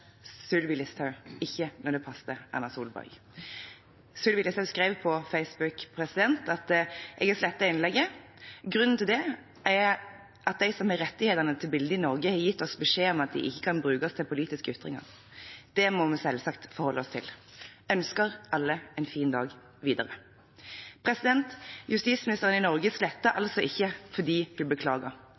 Sylvi Listhaug, ikke da det passet Erna Solberg. Sylvi Listhaug skrev på Facebook: «Jeg har nå slettet innlegget . Grunnen til dette er at de som har rettighetene til bildet i Norge har gitt oss beskjed om at det ikke kan brukes til politiske ytringer. Det må vi selvsagt forholde oss til. Ønsker alle en fin dag videre.» Justisministeren i Norge slettet altså ikke